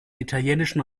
italienischen